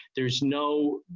there's no.